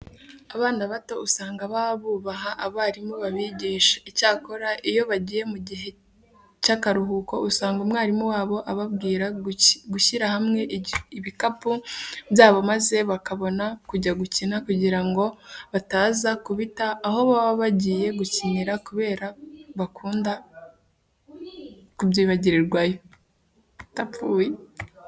Abana bato usanga baba bubaha abarimu babigisha. Icyakora iyo bagiye mu gihe cy'akaruhuko usanga umwarimu wabo ababwira gushyira hamwe ibikapu byabo maze bakabona kujya gukina kugira ngo bataza kubita aho baba bagiye gukinira kubera bakunda kubyibagirirwayo.